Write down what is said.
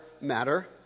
matter